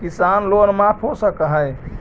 किसान लोन माफ हो सक है?